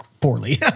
poorly